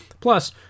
Plus